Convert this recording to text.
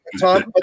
Tom